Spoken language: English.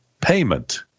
payment